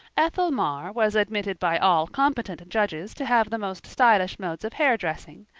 ethel marr was admitted by all competent judges to have the most stylish modes of hair-dressing,